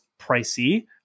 pricey